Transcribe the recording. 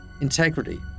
integrity